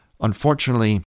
unfortunately